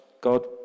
God